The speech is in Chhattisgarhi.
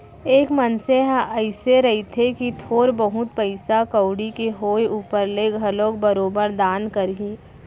एक मनसे ह अइसे रहिथे कि थोर बहुत पइसा कउड़ी के होय ऊपर ले घलोक बरोबर दान करही